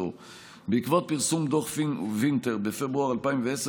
לשאלתה הנוספת של חברת הכנסת מריח,